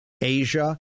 Asia